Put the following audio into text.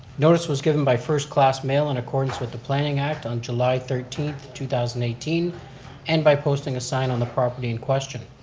notice was given by first class mail, in accordance with the planning act on july thirteen, two thousand and eighteen and by posting a sign on the property in question.